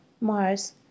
Mars